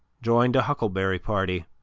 joined a huckleberry party,